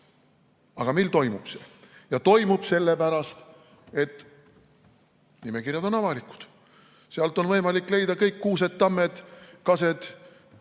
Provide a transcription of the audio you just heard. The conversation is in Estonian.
Aga meil toimub see. Ja toimub sellepärast, et nimekirjad on avalikud, sealt on võimalik leida kõik Kuused, Tammed, Kased